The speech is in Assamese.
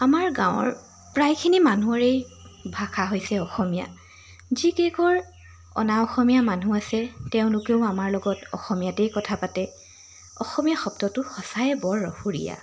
আমাৰ গাঁৱৰ প্ৰায়খিনি মানুহৰেই ভাষা হৈছে অসমীয়া যিকেইঘৰ অনা অসমীয়া মানুহ আছে তেওঁলোকেও আমাৰ লগত অসমীয়াতেই কথা পাতে অসমীয়া শব্দটো সঁচাই বৰ অসুৰীয়া